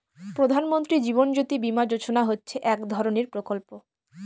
প্রধান মন্ত্রী জীবন জ্যোতি বীমা যোজনা হচ্ছে এক ধরনের প্রকল্প